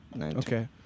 Okay